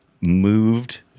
moved